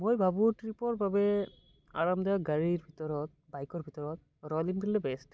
মই ভাবো ট্ৰিপৰ বাবে আৰামদায়ক গাড়ীৰ ভিতৰত বাইকৰ ভিতৰত ৰয়েল এনফিল্ডে বেষ্ট